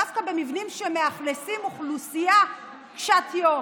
דווקא במבנים שמאכלסים אוכלוסייה קשת יום,